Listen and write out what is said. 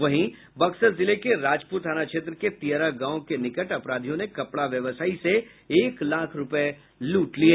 वहीं बक्सर जिले के राजपुर थाना क्षेत्र के तियरा गांव के निकट अपराधियों ने कपड़ा व्यवसायी से एक लाख रूपये लूट लिये